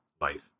life